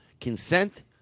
consent